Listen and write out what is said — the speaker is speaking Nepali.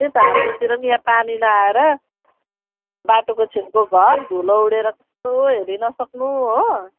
त्यही त हाम्रोतिर पनि यहाँ पानी नआएर बाटोको छेउको घर धुलो उडेर कस्तो हेरिनसक्नु हो